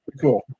cool